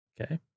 Okay